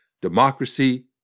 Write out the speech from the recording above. Democracy